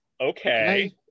okay